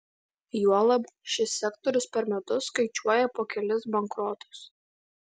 juolab šis sektorius per metus skaičiuoja po kelis bankrotus